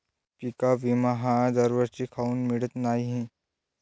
पिका विमा हा दरवर्षी काऊन मिळत न्हाई?